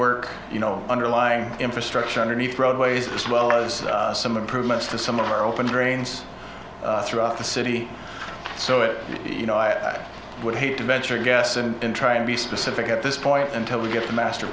work you know underlying infrastructure underneath roadways as well as some improvements to some of our open drains throughout the city so it you know i would hate to venture a guess and try to be specific at this point until we get the master